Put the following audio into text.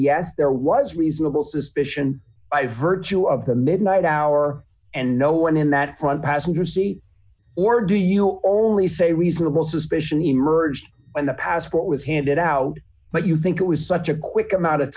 yes there was reasonable suspicion i virtue of the midnight hour and no one in that front passenger seat or do you only say reasonable suspicion emerged when the passport was handed out but you think it was such a quick amount of